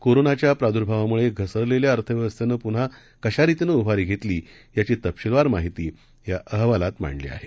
कोरोनाच्याप्रादुर्भावामुळेघसरलेल्याअर्थव्यवस्थेनंपुन्हाकशारितीनंउभारीघेतलीयाचीतपशीलवारमाहितीयाअहवालातमांडलीआहे